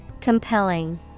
Compelling